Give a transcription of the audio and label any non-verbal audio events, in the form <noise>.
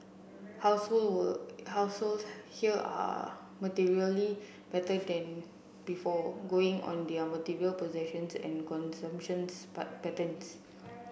<unintelligible> household here are materially better than before going on their material possessions and consumption <unintelligible> patterns